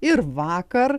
ir vakar